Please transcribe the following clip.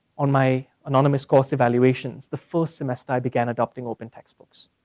on my anonymous course evaluations, the first semester i began adopting open textbook.